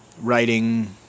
writing